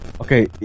okay